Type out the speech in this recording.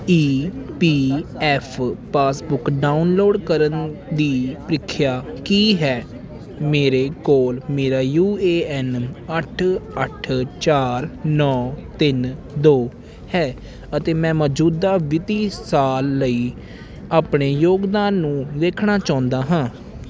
ਈ P F passbook download ਕਰਨ ਦੀ ਪ੍ਰੀਖਿਆ ਕੀ ਹੈ ਮੇਰੇ ਕੋਲ ਮੇਰਾ ਯੂ ਏ ਐੱਨ ਅੱਠ ਅੱਠ ਚਾਰ ਨੌਂ ਤਿੰਨ ਦੋ ਹੈ ਅਤੇ ਮੈਂ ਮੌਜੂਦਾ ਵਿੱਤੀ ਸਾਲ ਲਈ ਆਪਣੇ ਯੋਗਦਾਨ ਨੂੰ ਵੇਖਣਾ ਚਾਹੁੰਦਾ ਹਾਂ